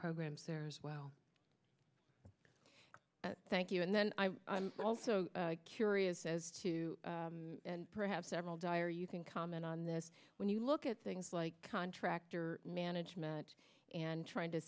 programs there as well thank you and then i also curious as to perhaps several dire you can comment on this when you look at things like contractor management and trying to